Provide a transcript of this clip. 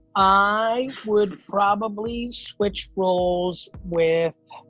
i would probably switch roles with,